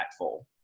impactful